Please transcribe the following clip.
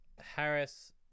Harris